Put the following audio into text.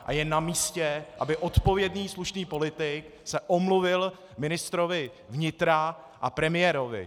A je namístě, aby odpovědný slušný politik se omluvil ministrovi vnitra a premiérovi.